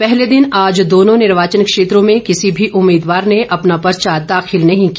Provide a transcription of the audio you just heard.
पहले दिन आज दोनों निर्वाचन क्षेत्रों में किसी भी उम्मीदवार ने अपना पर्चा दाखिल नहीं किया